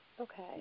Okay